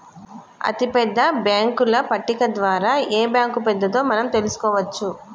అతిపెద్ద బ్యేంకుల పట్టిక ద్వారా ఏ బ్యాంక్ పెద్దదో మనం తెలుసుకోవచ్చు